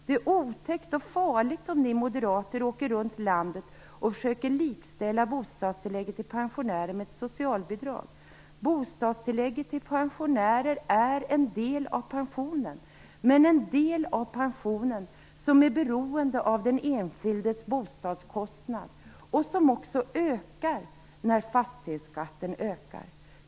Det är otäckt och farligt om ni moderater åker runt landet och försöker likställa bostadstillägget för pensionärer med socialbidrag. Bostadstillägget till pensionärer är en del av pensionen, men en del av pensionen som är beroende av den enskildes bostadskostnad och som också ökar när fastighetsskatten gör det.